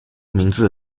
名字